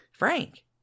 Frank